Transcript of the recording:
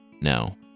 no